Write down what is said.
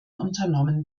unternommen